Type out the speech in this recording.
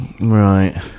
Right